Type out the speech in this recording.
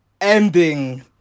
ending